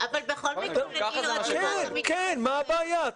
כן, מה הבעיה?